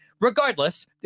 regardless